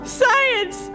science